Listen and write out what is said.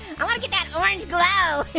i wanna get that orange glow